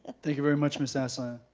thank you very much miss ah asland.